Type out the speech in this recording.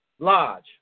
Lodge